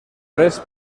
res